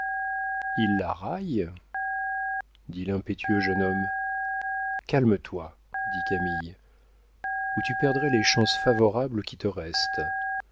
il la raille dit l'impétueux jeune homme calme-toi dit camille ou tu perdrais les chances favorables qui te restent